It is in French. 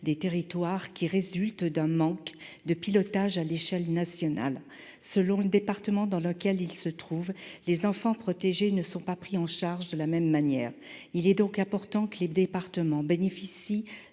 des territoires, qui résulte d'un manque de pilotage à l'échelle nationale. Selon le département dans lequel ils se trouvent, les enfants protégés ne sont pas pris en charge de la même manière. Il est donc important que les départements bénéficient